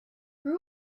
grew